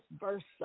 versa